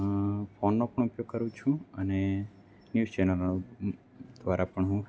ફોનનો પણ ઉપયોગ કરું છું અને ન્યૂઝ ચેનલ દ્વારા પણ હું